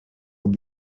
will